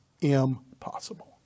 impossible